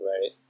Right